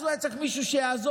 אז היה צריך מישהו שיעזור,